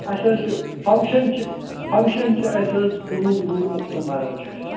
اَسہِ حظ چھِ فَنٛکشَن چھِ فَنٛکشَن چھِ اَسہِ حظ کُنوُہ وُہ اکتوبَر حظ چھِ اَسہِ